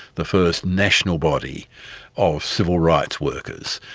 the first national body of civil rights workers.